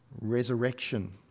Resurrection